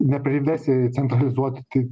neprivesi centralizuoti